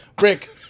Rick